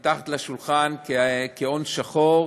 מתחת לשולחן, כהון שחור,